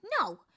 No